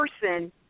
person